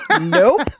Nope